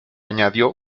añadió